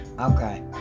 Okay